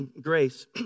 grace